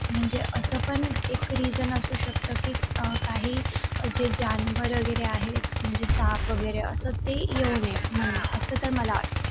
म्हणजे असं पण एक रीजन असू शकतं की काही जे जनावरं वगैरे आहेत म्हणजे साप वगैरे असं ते येऊ नये म्हणून असं तर मला वाटतं